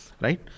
Right